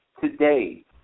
today